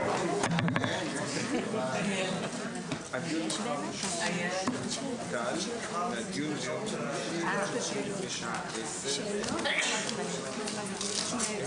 19:45.